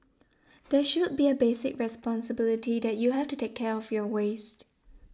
there should be a basic responsibility that you have to take care of your waste